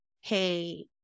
hey